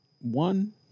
One